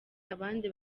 abandi